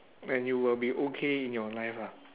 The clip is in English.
and you will be okay in your life ah